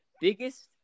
Biggest